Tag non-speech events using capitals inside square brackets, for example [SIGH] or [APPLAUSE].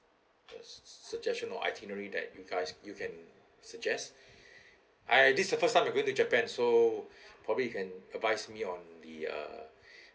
suggestion or itinerary that you guys you can suggest [BREATH] I this the first time I'm going to japan so probably you can advise me on the uh